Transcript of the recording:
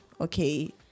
Okay